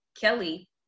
Kelly